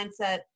mindset